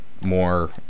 more